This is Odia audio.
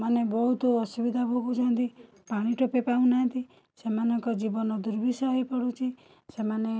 ମାନେ ବହୁତ ଅସୁବିଧା ଭୋଗୁଛନ୍ତି ପାଣିଟୋପେ ପାଉନାହାଁନ୍ତି ସେମାନଙ୍କ ଜୀବନ ଦୁର୍ବିସ ହେଇପଡ଼ୁଛି ସେମାନେ